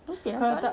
mesti lah soalan